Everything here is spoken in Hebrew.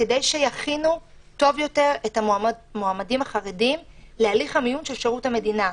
כדי שיכינו טוב יותר את המועמדים החרדים להליך המיון של שירות המדינה.